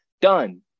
Done